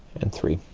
and three.